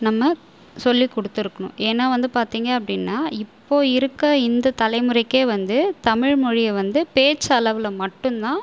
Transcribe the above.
நம்ம சொல்லிக் கொடுத்துருக்கணும் ஏன்னா வந்து பார்த்தீங்க அப்படின்னா இப்போ இருக்க இந்த தலைமுறைக்கே வந்து தமிழ்மொழியை வந்து பேச்சளவில் மட்டும்தான்